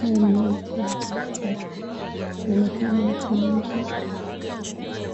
Haya ni mandari ya hospitali. Inaonekana watu wengi